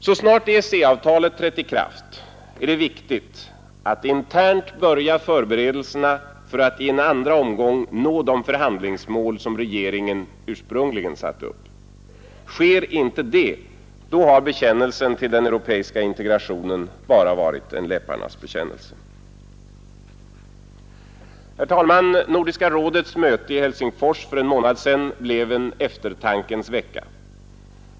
Så snart EEC-avtalet trätt i kraft är det viktigt att internt börja förberedelserna för att i en andra omgång nå de förhandlingsmål som regeringen ursprungligen har satt upp. Sker inte det, har bekännelsen till den europeiska integrationen bara varit en läpparnas bekännelse. Herr talman! Nordiska rådets möte i Helsingfors för en månad sedan blev en eftertankens vecka.